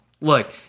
Look